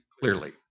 clearly